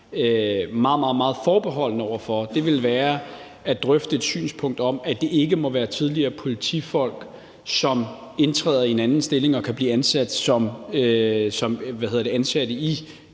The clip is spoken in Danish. meget forbeholden over for, ville være at drøfte et synspunkt om, at det ikke må være tidligere politifolk, som indtræder i en anden stilling og kan blive ansat i